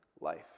life